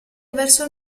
verso